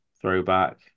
throwback